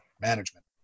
management